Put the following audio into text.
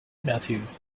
matthews